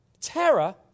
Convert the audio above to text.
Terror